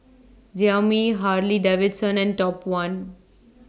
Xiaomi Harley Davidson and Top one